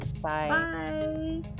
Bye